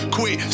Quit